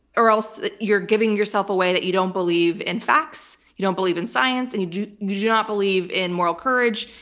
or else you're giving yourself away that you don't believe in facts, you don't believe in science, and you do not believe in moral courage,